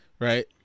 right